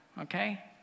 Okay